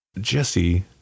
Jesse